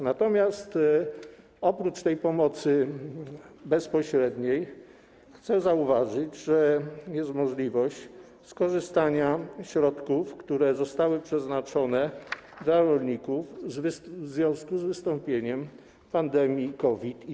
Natomiast oprócz tej pomocy bezpośredniej, co chcę zauważyć, jest możliwość skorzystania ze środków, które zostały przeznaczone dla rolników w związku z wystąpieniem pandemii COVID.